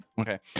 Okay